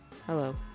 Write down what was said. Hello